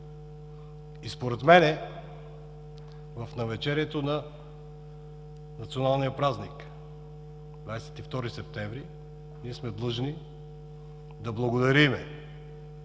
Според мен в навечерието на националния празник – 22 септември, сме длъжни да благодарим